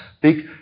big